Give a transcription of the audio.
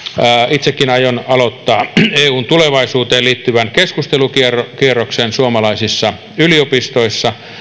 itsekin aion aloittaa eun tulevaisuuteen liittyvän keskustelukierroksen suomalaisissa yliopistoissa